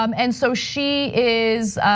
um and so she is,